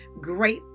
great